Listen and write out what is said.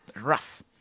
Rough